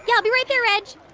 yeah i'll be right there, reg